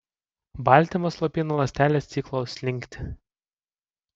baltymas slopina ląstelės ciklo slinktį